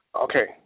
Okay